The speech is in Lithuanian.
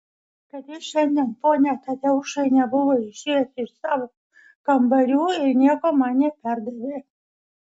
kad jis šiandien pone tadeušai nebuvo išėjęs iš savo kambarių ir nieko man neperdavė